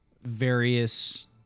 various